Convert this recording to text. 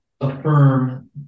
affirm